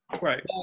Right